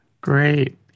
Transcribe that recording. Great